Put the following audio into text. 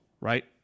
right